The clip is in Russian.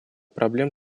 проблем